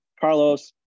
Carlos